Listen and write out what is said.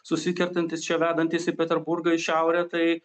susikertantys čia vedantys į peterburgą į šiaurę tai